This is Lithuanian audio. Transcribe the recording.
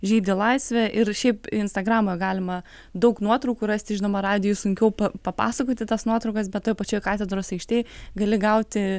žydi laisvė ir šiaip instagrame galima daug nuotraukų rasti žinoma radijuj sunkiau papasakoti tas nuotraukas bet toj pačioj katedros aikštėj gali gauti